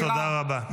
תודה רבה.